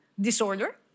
disorder